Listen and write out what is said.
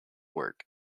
work